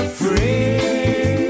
free